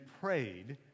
prayed